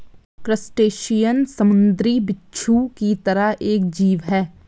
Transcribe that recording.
crustacean समुंद्री बिच्छू की तरह एक जीव है